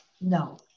No